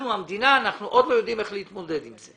שהמדינה עוד לא יודעת איך להתמודד עם זה.